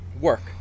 work